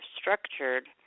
structured